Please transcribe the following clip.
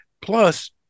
Plus